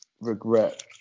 regret